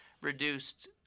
reduced